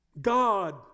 God